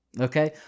Okay